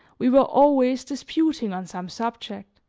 we were always disputing on some subject.